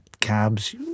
cabs